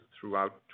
throughout